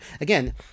Again